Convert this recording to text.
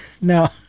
No